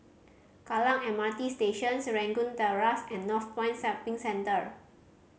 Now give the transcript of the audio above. Kallang M R T Station Serangoon Terrace and Northpoint Shopping Center